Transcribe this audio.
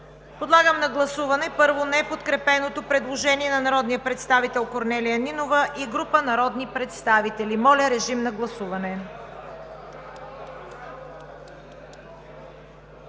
Подлагам на гласуване първо неподкрепеното предложение на народния представител Корнелия Нинова и група народни представители. Гласували